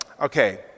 Okay